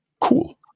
Cool